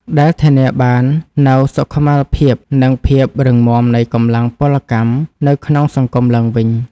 ដែលធានាបាននូវសុខុមាលភាព និងភាពរឹងមាំនៃកម្លាំងពលកម្មនៅក្នុងសង្គមឡើងវិញ។